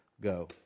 go